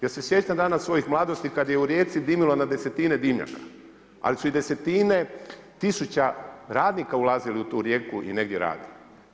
Ja se sjećam dana svoje mladosti kada je u Rijeci dimilo na desetine dimnjaka, ali su i desetine tisuća radnika ulazile u tu Rijeku i negdje radili.